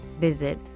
visit